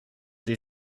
sie